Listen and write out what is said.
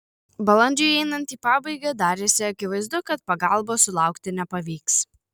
balandžiui einant į pabaigą darėsi akivaizdu kad pagalbos sulaukti nepavyks